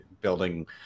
building